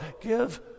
Give